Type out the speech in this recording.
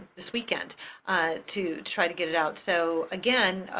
this weekend to try to get it out. so again,